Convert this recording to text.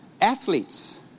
athletes